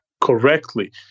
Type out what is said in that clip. correctly